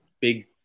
big